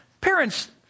parents